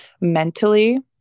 mentally